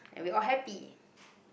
and we all happy